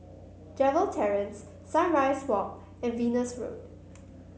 Gerald Terrace Sunrise Walk and Venus Road